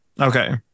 Okay